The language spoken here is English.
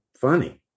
funny